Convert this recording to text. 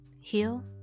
heal